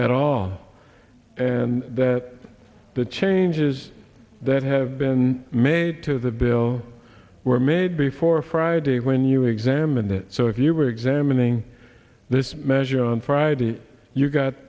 at all and that the changes that have been made to the bill were made before friday when you examine that so if you were examining this measure on friday you've got